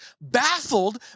baffled